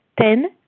Ten